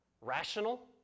rational